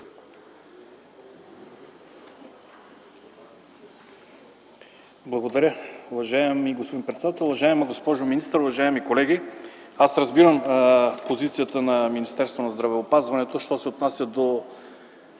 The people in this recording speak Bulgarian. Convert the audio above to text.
Благодаря, уважаеми господин председател. Уважаема госпожо министър, уважаеми колеги! Аз разбирам позицията на Министерство на здравеопазването, що се отнася до